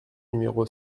numéro